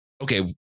okay